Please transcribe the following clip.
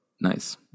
Nice